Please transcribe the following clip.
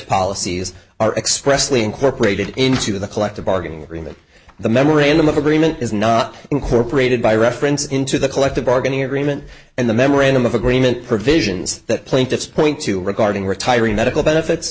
policies are expressly incorporated into the collective bargaining agreement the memorandum of agreement is not incorporated by reference into the collective bargaining agreement and the memorandum of agreement provisions that plaintiff's point to regarding retiring medical benefits